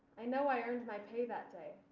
i know i earned my pay that day.